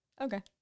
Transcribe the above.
Okay